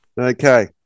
Okay